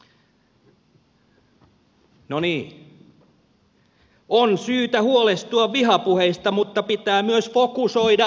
no niin on syytä huolestua vihapuheista mutta pitää myös fokusoida oikein